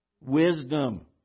wisdom